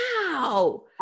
Wow